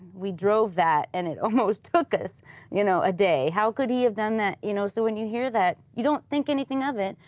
we drove that, and it almost took us you know a day. how could he have done that. you know so when you hear that, you don't think anything of it,